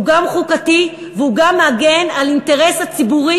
הוא גם חוקתי והוא גם מגן על האינטרס הציבורי